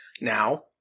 now